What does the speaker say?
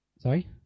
sorry